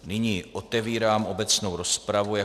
Nyní otevírám obecnou rozpravu.